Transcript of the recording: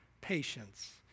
patience